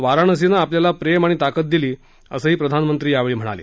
वाराणसीनं आपल्याला प्रेम आणि ताकद दिली असंही प्रधानमंत्री यावेळी म्हणाले